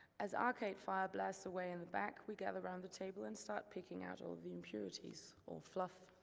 as arcade fire blasts away in the back, we gather around the table and start picking out all the impurities, or fluff,